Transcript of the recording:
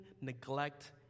neglect